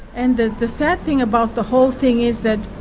and the the sad thing about the whole thing is that.